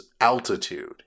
altitude